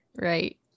right